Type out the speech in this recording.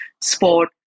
sport